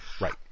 Right